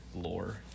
lore